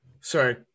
Sorry